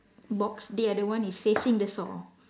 box the other one is facing the saw